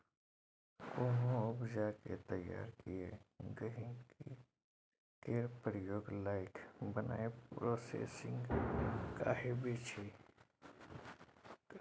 कोनो उपजा केँ तैयार कए गहिंकी केर प्रयोग लाएक बनाएब प्रोसेसिंग कहाबै छै